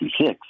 1966